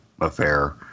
affair